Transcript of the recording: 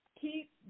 keep